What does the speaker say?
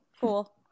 Cool